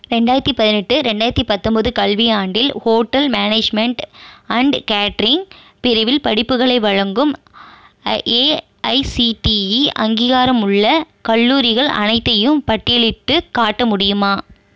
ரெண்டாயிரத்து பதினெட்டு ரெண்டாயிரத்து பத்தம்போது கல்வியாண்டில் ஹோட்டல் மேனேஜ்மெண்ட் அண்ட் கேட்டரிங் பிரிவில் படிப்புகளை வழங்கும் ஏஐசிடிஇ அங்கீகாரமுள்ள கல்லூரிகள் அனைத்தையும் பட்டியலிட்டுக் காட்ட முடியுமா